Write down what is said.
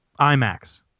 IMAX